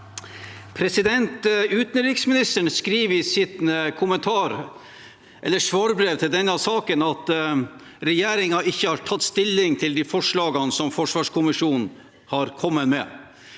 Utenriksministeren skriver i sitt svarbrev til denne saken at regjeringen ikke har tatt stilling til de forslagene som